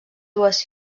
dues